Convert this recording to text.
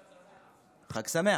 חג שמח.